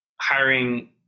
hiring